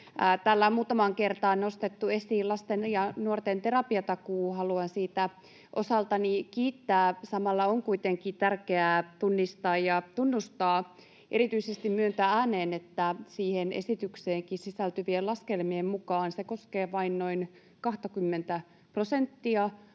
Täällä on muutamaan kertaan nostettu esiin lasten ja nuorten terapiatakuu, haluan siitä osaltani kiittää. Samalla on kuitenkin tärkeää tunnistaa ja tunnustaa, erityisesti myöntää ääneen, että siihen esitykseenkin sisältyvien laskelmien mukaan se koskee vain noin 20 prosenttia